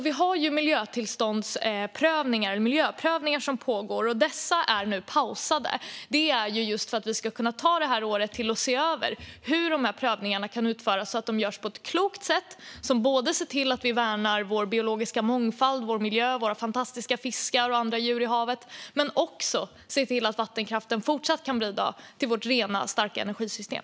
Vi har miljöprövningar som pågår. Dessa är nu pausade för att vi under det här året ska kunna se över hur prövningarna kan utföras på ett klokt sätt som ser till att vi värnar vår biologiska mångfald, vår miljö, våra fantastiska fiskar och andra djur i havet men också ser till att vattenkraften fortsatt kan bidra till vårt rena och starka energisystem.